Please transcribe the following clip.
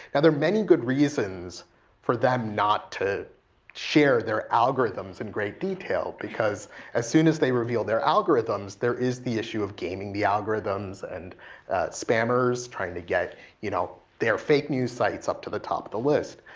that there are many good reasons for them not to share their algorithms in great detail. because as soon as they reveal their algorithm there is the issue of gaming the algorithms and spammers trying to get you know their fake news sites up to the top of the list.